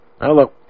Hello